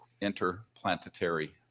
interplanetary